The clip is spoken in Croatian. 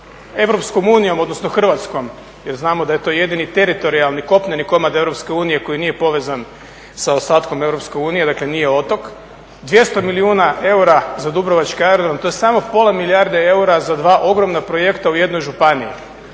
Europskom unijom odnosno Hrvatskom jer znamo da je to jedini teritorijalni kopneni komad EU koji nije povezan sa ostatkom EU, dakle nije otok. 200 milijuna eura za Dubrovački aerodrom. To je samo pola milijarde eura za dva ogromna projekta u jednoj županiji.